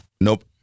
Nope